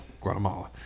Guatemala